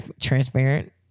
transparent